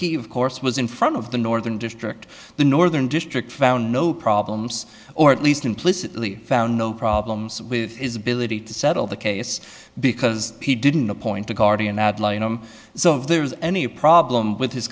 he of course was in front of the northern district the northern district found no problems or at least implicitly found no problems with is ability to settle the case because he didn't appoint a guardian ad litum so if there was any problem with his